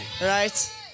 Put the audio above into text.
Right